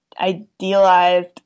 idealized